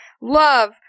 love